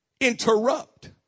interrupt